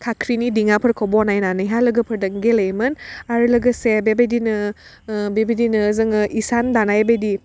खाख्रिनि दिङाफोरखौ बनायनानैहा लोगोफोरदों गेलेयोमोन आरो लोगोसे बेबायदिनो ओह बेबायदिनो जोङो इसान दानायबायदि